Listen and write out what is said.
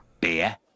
Beer